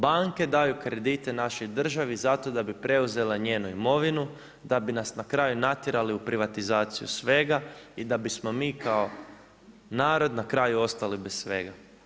Banke daju kredite našoj državi zato da bi preuzela njenu imovinu, da bi nas na kraju natjerali u privatizaciju svega i da bismo mi kao narod na kraju ostali bez svega.